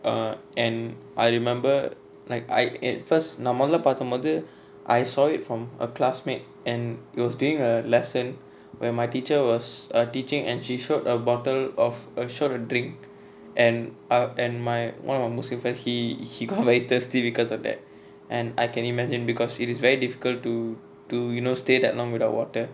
uh and I remember like I uh first நா மொதல்ல பாத்த போது:na mothalla patha pothu I saw it from a classmate and it was during a lesson when my teacher was uh teaching and she showed a bottle of uh showed a drink and uh and my one of my muslim friend he he got thirsty because of that and I can imagine because it is very difficult to to you know stay that long without water